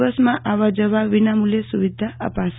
બસમાં આવવા જવા માટે વિનામુલ્યે સુવિધા અપાશે